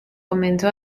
comenzó